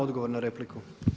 Odgovor na repliku.